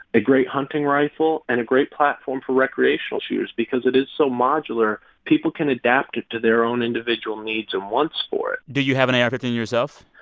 a great hunting rifle and a great platform for recreational shooters because it is so modular. people can adapt it to their own individual needs and wants for it do you have an ar fifteen yourself?